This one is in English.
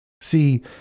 See